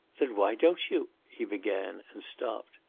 then why don't you? he began, and stopped.